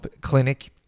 Clinic